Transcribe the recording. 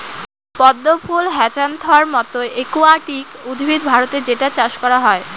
পদ্ম ফুল হ্যাছান্থর মতো একুয়াটিক উদ্ভিদ ভারতে যেটার চাষ করা হয়